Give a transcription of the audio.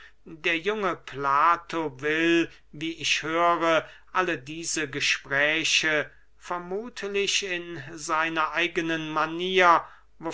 der junge plato will wie ich höre alle diese gespräche vermuthlich in seiner eignen manier